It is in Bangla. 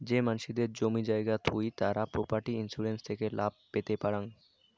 যেই মানসিদের জমি জায়গা থুই তারা প্রপার্টি ইন্সুরেন্স থেকে লাভ পেতে পারাং